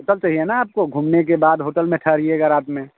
hotel चाहिए ना आपको घूमने के बाद होटल में ठहरिएगा रात में